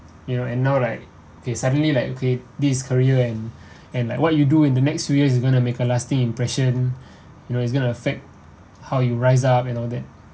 you know and now like okay suddenly like okay this career and and like what you do in the next few years is going to make a lasting impression you know it's gonna affect how you rise up and all that